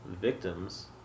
victims